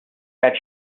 that